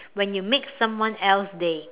when you make someone else's day